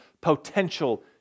potential